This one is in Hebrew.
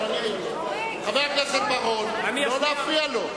חבר הכנסת בר-און, לא להפריע לו.